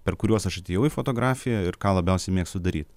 per kuriuos aš atėjau į fotografiją ir ką labiausiai mėgstu daryt